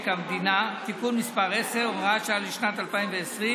המדינה (תיקון מס' 10 והוראת שעה לשנת 2020),